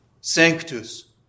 sanctus